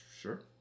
Sure